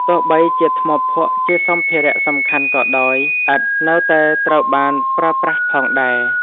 ទោះបីជាថ្មភក់ជាសម្ភារៈសំខាន់ក៏ដោយ ឥដ្ឋ នៅតែត្រូវបានប្រើប្រាស់ផងដែរ។